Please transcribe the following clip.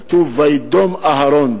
כתוב "וידם אהרן",